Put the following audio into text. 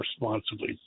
responsibly